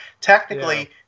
technically